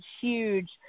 huge